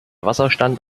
wasserstand